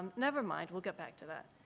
nevermind, we'll get back to that.